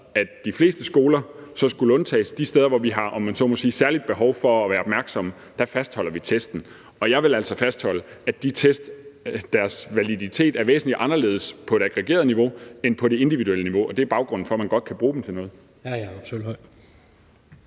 at de fleste skoler så skulle undtages. De steder, hvor vi har, om man så må sige, særligt behov for at være opmærksomme, fastholder vi testen. Og jeg vil altså fastholde, at validiteten af de test er væsentlig anderledes på et aggregeret niveau end på det individuelle niveau, og det er baggrunden for, at man godt kan bruge dem til noget.